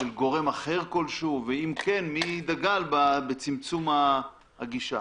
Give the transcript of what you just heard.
גורם אחר, ואם כן, מי דגל בצמצום הגישה.